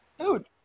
Dude